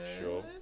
Sure